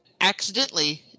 accidentally